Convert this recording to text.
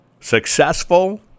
successful